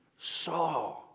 saw